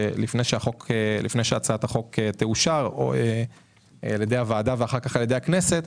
לפני שהצעת החוק תאושר על ידי הוועדה והכנסת,